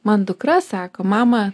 man dukra sako mama